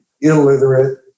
illiterate